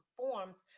forms